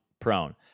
prone